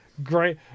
great